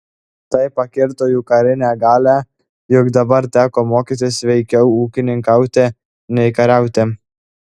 tai pakirto jų karinę galią juk dabar teko mokytis veikiau ūkininkauti nei kariauti